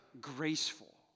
graceful